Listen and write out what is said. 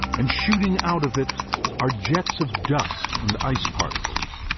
and shooting out of it are jets of dust and ice particles.